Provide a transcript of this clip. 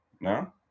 No